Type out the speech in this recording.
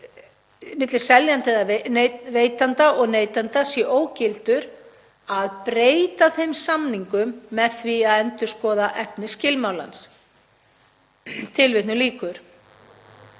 milli seljanda eða veitanda og neytanda sé ógildur, að breyta þeim samningi með því að endurskoða efni skilmálans.“ Til